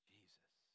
Jesus